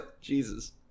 Jesus